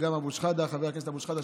גם חבר הכנסת אבו שחאדה,